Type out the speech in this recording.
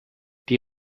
die